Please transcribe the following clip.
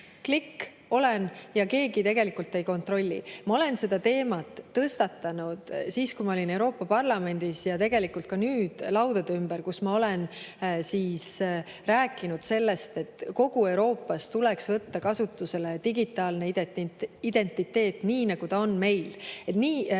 Klikk, olen – ja keegi tegelikult ei kontrolli. Ma olen seda teemat tõstatanud siis, kui ma olin Euroopa Parlamendis, ja tegelikult ka nüüd laudade ümber, kus ma olen rääkinud sellest, et kogu Euroopas tuleks võtta kasutusele digitaalne identiteet, nii nagu see on meil,